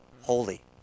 holy